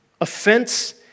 offense